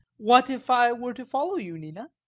what if i were to follow you, nina?